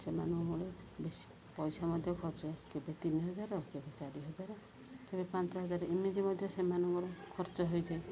ସେମାନଙ୍କ ଭଳି ବେଶୀ ପଇସା ମଧ୍ୟ ଖର୍ଚ୍ଚ କେବେ ତିନି ହଜାର କେବେ ଚାରି ହଜାର କେବେ ପାଞ୍ଚ ହଜାର ଏମିତି ମଧ୍ୟ ସେମାନଙ୍କର ଖର୍ଚ୍ଚ ହେଇଯାଏ